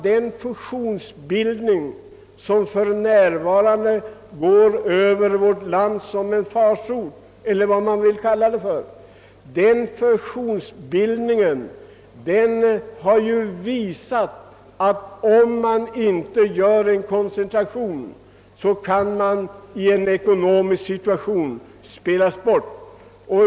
De fusionsbildningar, som för närvarande drar fram över landet som en farsot eller vad man nu vill likna dem vid, har visat att om företag inte åstadkommer en koncentration kan de i ett ekonomiskt krisläge spelas bort.